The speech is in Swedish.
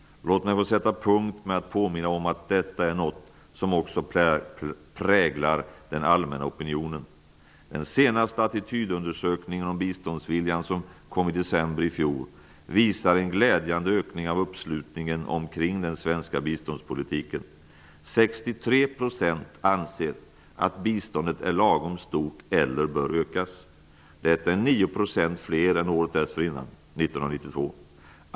Låt mig få sätta punkt genom att påminna om att detta är något som präglar också den allmänna opinionen. Den senaste attitydundersökningen av biståndsviljan, från december i fjol, visar en glädjande ökning av uppslutningen kring den svenska biståndspolitiken. 63 % anser att biståndet är lagom stort eller bör ökas. Det är 9 % fler än 1992.